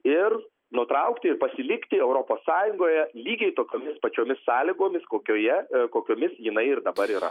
ir nutraukti ir pasilikti europos sąjungoje lygiai tokiomis pačiomis sąlygomis kokioje kokiomis jinai ir dabar yra